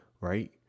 right